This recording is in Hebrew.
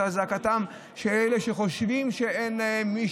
את זעקתם של אלה שחושבים שאין מי